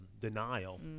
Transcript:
denial